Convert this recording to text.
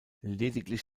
lediglich